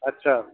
अच्छा